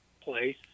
place